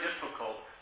difficult